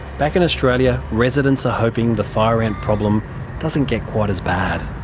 back in australia, residents are hoping the fire ant problem doesn't get quite as bad.